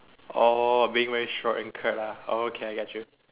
orh being very lah oh okay I get you